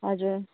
हजुर